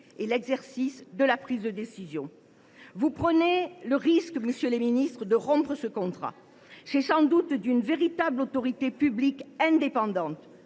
l’exercice de la prise de décision. Vous prenez le risque, monsieur le ministre, de rompre ce contrat. C’est sans doute d’une véritable autorité publique indépendante